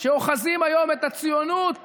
שאוחזים היום את הציונות